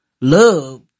love